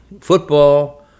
football